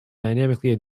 dynamically